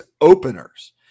openers